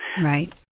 right